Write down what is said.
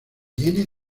viene